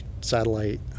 satellite